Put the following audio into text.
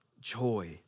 joy